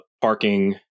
parking